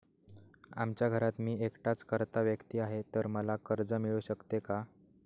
आमच्या घरात मी एकटाच कर्ता व्यक्ती आहे, तर मला कर्ज मिळू शकते का?